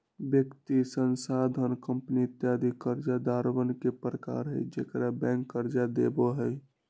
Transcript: व्यक्ति, संस्थान, कंपनी इत्यादि कर्जदारवन के प्रकार हई जेकरा बैंक कर्ज देवा हई